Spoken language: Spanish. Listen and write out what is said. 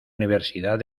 universidad